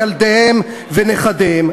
וילדיהם ונכדיהם.